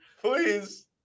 Please